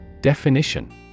Definition